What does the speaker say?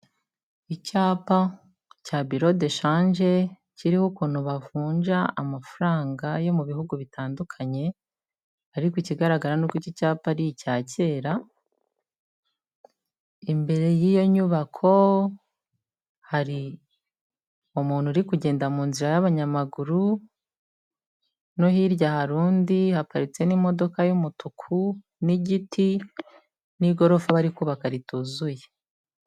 Icyapa cya biro de shanje kiriho ukuntu bavunja amafaranga yo mu bihugu bitandukanye, ariko ikigaragara ni uko iki cyapa ari icya kera, imbere y'iyo nyubako hari umuntu uri kugenda mu nzi y'abanyamaguru, no hirya hari undi haparitse n'imodoka y'umutuku n'igiti n'igorofa bari kubaka rituzuye.